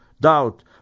doubt